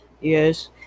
Yes